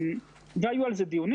היו על זה דיונים